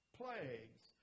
plagues